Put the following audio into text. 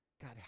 God